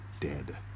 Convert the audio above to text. dead